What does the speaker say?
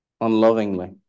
unlovingly